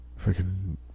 freaking